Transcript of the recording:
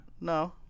No